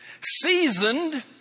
seasoned